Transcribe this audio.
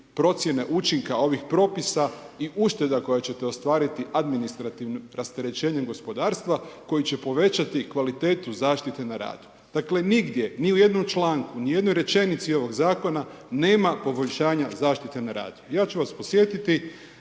procjene učinka ovih propisa i ušteda koje ćete ostvariti administrativnim rasterećenjem gospodarstva koji će povećati kvalitete zaštite na radu. Dakle, nigdje, ni u jednom članku, ni u jednoj rečenici ovog zakona nema poboljšanja zaštite nadu. Ja ću vas podsjetiti,